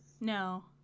No